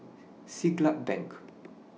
Siglap Bank